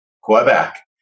Quebec